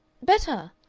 better,